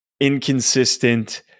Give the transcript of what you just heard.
inconsistent